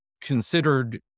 considered